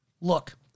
look